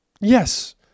Yes